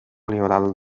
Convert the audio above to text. liberal